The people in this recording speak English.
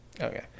okay